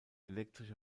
elektrische